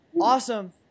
Awesome